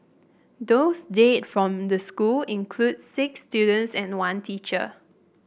those dead from the school include six students and one teacher